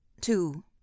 two